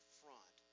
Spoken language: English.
front